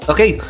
Okay